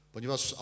Ponieważ